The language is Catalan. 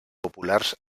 populars